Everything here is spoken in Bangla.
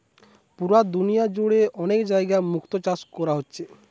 পুরা দুনিয়া জুড়ে অনেক জাগায় মুক্তো চাষ কোরা হচ্ছে